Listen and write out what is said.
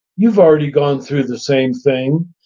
you've already gone through the same thing.